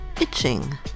itching